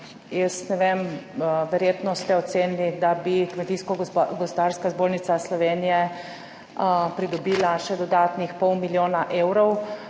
verjetno ste ocenili, da bi Kmetijsko-gozdarska zbornica Slovenije pridobila še dodatnih pol milijona evrov.